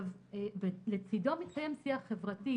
לצידו מתקיים שיח חברתי,